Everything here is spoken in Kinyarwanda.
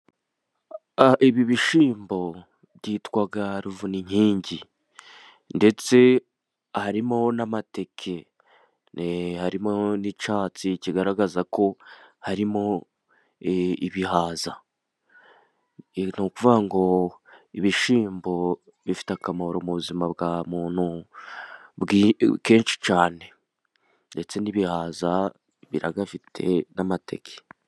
Ibi bishyimbo byitwa ruvuninkingi，ndetse harimo n'amateke， harimo n'icyatsi kigaragaza ko harimo ibihaza，Ni ukuvuga ngo ibishyimbo，bifite akamaro mu buzima bwa muntu kenshi cyane， ndetse n'ibihaza biragafite，n'amateke.